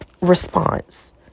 Response